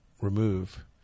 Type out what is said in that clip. remove